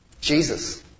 Jesus